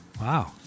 Wow